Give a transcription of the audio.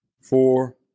four